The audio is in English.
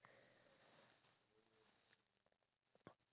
I swear to god